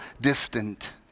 distant